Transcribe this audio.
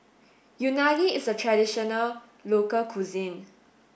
Unagi is a traditional local cuisine